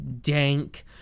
dank